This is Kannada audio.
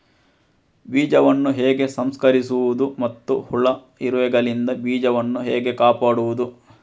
ಬೀಜವನ್ನು ಹೇಗೆ ಸಂಸ್ಕರಿಸುವುದು ಮತ್ತು ಹುಳ, ಇರುವೆಗಳಿಂದ ಬೀಜವನ್ನು ಹೇಗೆ ಕಾಪಾಡುವುದು?